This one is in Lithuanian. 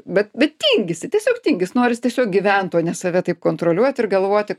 bet bet tingisi tiesiog tingis norisi tiesiog gyvent o ne save taip kontroliuoti ir galvoti